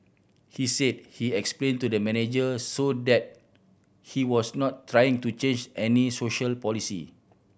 he said he explained to the manager so that he was not trying to change any social policy